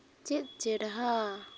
ᱪᱮᱫ ᱪᱮᱨᱦᱟ